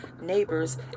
neighbors